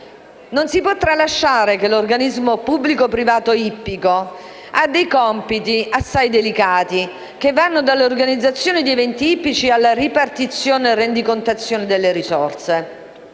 non si può tralasciare che l'organismo pubblico-privato ippico ha dei compiti assai delicati, che vanno dall'organizzazione di eventi ippici alla ripartizione e rendicontazione delle risorse.